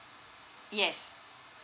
yes